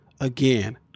again